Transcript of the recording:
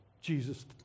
Jesus